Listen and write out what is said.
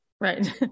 Right